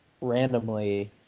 randomly